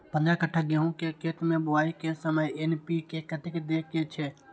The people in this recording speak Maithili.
पंद्रह कट्ठा गेहूं के खेत मे बुआई के समय एन.पी.के कतेक दे के छे?